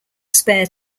spare